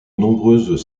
nombreuses